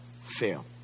fail